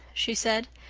she said.